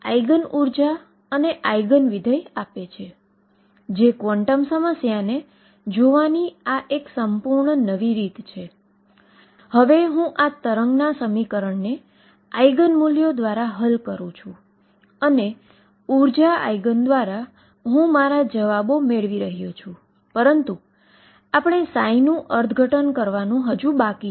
હવે આ હું સાવધાનીનો એક શબ્દ આપવા માંગું છું અને સાવધાની એ છે કે આ સમીકરણ શોધાયું છે તે ક્યાંક અસ્તિત્વમાં છે અને શોધાયું છે